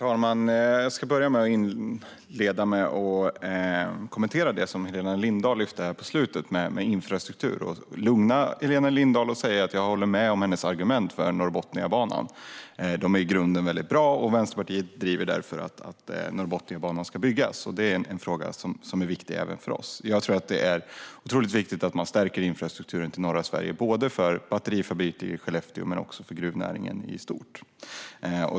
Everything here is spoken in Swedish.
Herr talman! Jag vill inleda med att kommentera det som Helena Lindahl lyfte upp på slutet när det gäller infrastruktur. Jag kan lugna Helena Lindahl med att jag håller med om hennes argument för Norrbotniabanan. De är i grunden bra, och Vänsterpartiet driver därför att Norrbotniabanan ska byggas. Det är en viktig fråga även för oss. Det är otroligt viktigt att man stärker infrastrukturen till norra Sverige både för batterifabriken i Skellefteå och för gruvnäringen i stort.